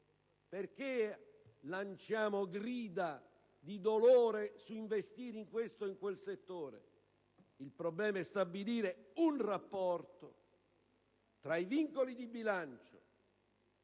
lanciare grida di dolore sugli investimenti in questo o quel settore. Il problema è stabilire un rapporto tra i vincoli di bilancio